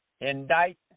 indict